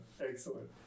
excellent